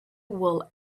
will